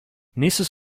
nächstes